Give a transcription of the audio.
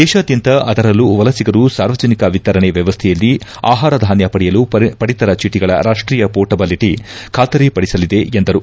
ದೇತಾದ್ದಂತ ಅದರಲ್ಲೂ ವಲಸಿಗರು ಸಾರ್ವಜನಿಕ ವಿತರಣ ವ್ಯವಸ್ಥೆಯಲ್ಲಿ ಆಹಾರ ಧಾನ್ವ ಪಡೆಯಲು ಪಡಿತರ ಚೀಟಿಗಳ ರಾಷ್ಟೀಯ ಪೋರ್ಟ್ಬಲಟ ಬಾತರಿಪಡಿಸಲಿದೆ ಎಂದರು